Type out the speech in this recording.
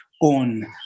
on